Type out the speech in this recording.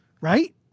Right